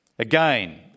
Again